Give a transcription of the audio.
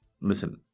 Listen